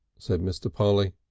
said mr. polly.